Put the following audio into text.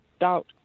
doubt